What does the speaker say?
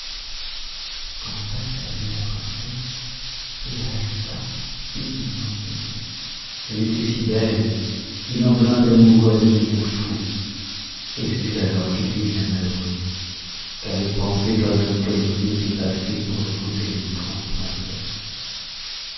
quand fatal vit la princesse il resta immobile elle était si belle qu'il en devint amoureux à devenir fou et ce fut alors qu'il fut bien malheureux car il pensait qu'un homme comme lui n'était pas fait pour épouser une grande princesse